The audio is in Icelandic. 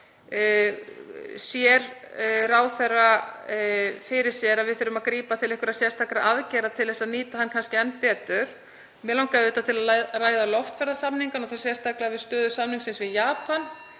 Sér ráðherra fyrir sér að við þurfum að grípa til einhverra sérstakra aðgerða til þess að nýta hann kannski enn betur? Mig langaði til að ræða loftferðasamningana, sérstaklega stöðu samningsins við Japan,